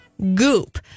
Goop